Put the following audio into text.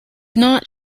not